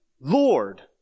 Lord